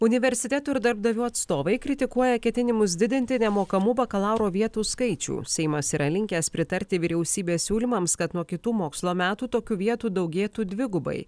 universitetų ir darbdavių atstovai kritikuoja ketinimus didinti nemokamų bakalauro vietų skaičių seimas yra linkęs pritarti vyriausybės siūlymams kad nuo kitų mokslo metų tokių vietų daugėtų dvigubai